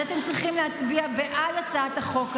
אז אתם צריכים להצביע בעד הצעת החוק הזאת.